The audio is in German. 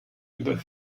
über